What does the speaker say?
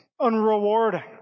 unrewarding